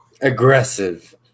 Aggressive